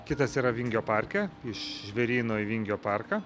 kitas yra vingio parke iš žvėryno į vingio parką